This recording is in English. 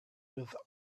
with